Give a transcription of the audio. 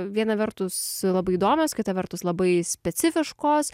viena vertus labai įdomios kita vertus labai specifiškos